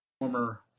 former